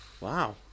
Wow